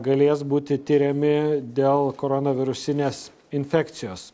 galės būti tiriami dėl korona virusinės infekcijos